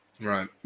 Right